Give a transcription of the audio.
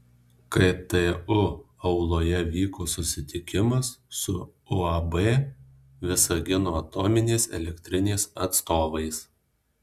ktu auloje vyko susitikimas su uab visagino atominės elektrinės atstovais